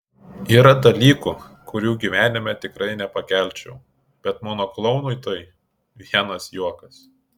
yra dalykų kurių gyvenime tikrai nepakelčiau bet mano klounui tai vienas juokas